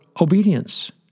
obedience